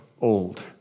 old